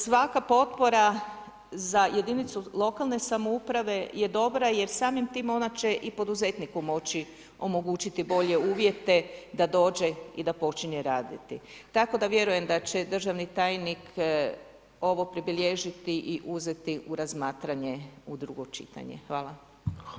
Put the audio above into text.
Svaka potpora za jedinicu lokalne samouprave je dobra jer samim tim ona će i poduzetniku moći omogućiti bolje uvjete da dođe i da počne raditi, tako da vjerujem da će državni tajnik ovo pribilježiti i uzeti u razmatranje u drugo čitanje.